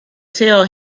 tell